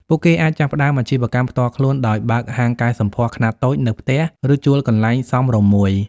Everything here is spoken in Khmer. ពួកគេអាចចាប់ផ្តើមអាជីវកម្មផ្ទាល់ខ្លួនដោយបើកហាងកែសម្ផស្សខ្នាតតូចនៅផ្ទះ ឬជួលកន្លែងសមរម្យមួយ។